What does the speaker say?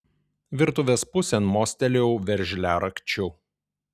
virtuvės pusėn mostelėjau veržliarakčiu